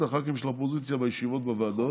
הח"כים של האופוזיציה בישיבות בוועדות,